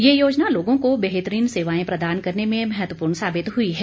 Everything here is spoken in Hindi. ये योजना लोगों को बेहतरीन सेवाएं प्रदान करने में महत्वपूर्ण साबित हुई है